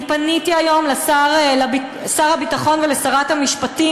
השותפים הפלסטינים